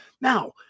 Now